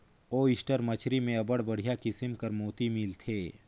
oyster मछरी में अब्बड़ बड़िहा किसिम कर मोती मिलथे